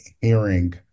hearing